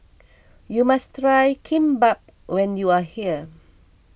you must try Kimbap when you are here